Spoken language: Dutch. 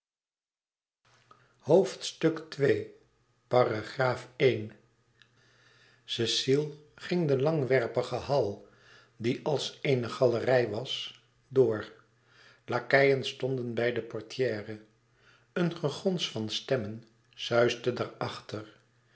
cecile ging den langwerpigen hall die als eene galerij was door lakeien stonden bij de portière een gegons van stemmen suisde daar